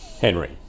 henry